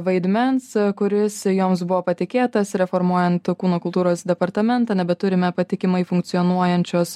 vaidmens kuris joms buvo patikėtas reformuojant kūno kultūros departamentą nebeturime patikimai funkcionuojančios